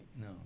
no